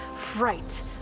Fright